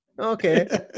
okay